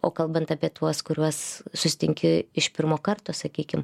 o kalbant apie tuos kuriuos susitinki iš pirmo karto sakykim